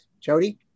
Jody